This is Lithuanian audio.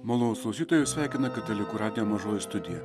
manūs klausytojai sveikina katalikų radijo mažoji studija